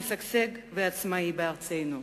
משגשג ועצמאי בארצנו.